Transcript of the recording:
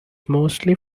mostly